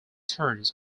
turns